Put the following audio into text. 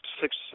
six